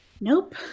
Nope